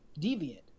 deviant